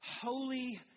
holy